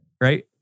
Right